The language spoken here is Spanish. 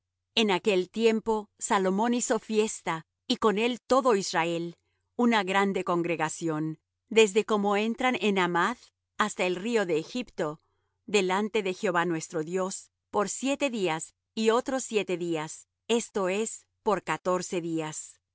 en aquel tiempo salomón hizo fiesta y con él todo israel una grande congregación desde como entran en hamath hasta el río de egipto delante de jehová nuestro dios por siete días y otros siete días esto es por catorce días